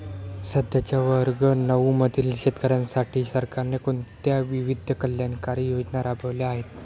सध्याच्या वर्ग नऊ मधील शेतकऱ्यांसाठी सरकारने कोणत्या विविध कल्याणकारी योजना राबवल्या आहेत?